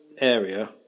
area